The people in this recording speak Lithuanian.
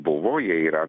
buvo jie yra